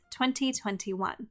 2021